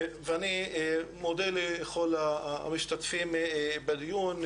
אני מודה לכל המשתתפים בדיון,